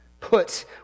put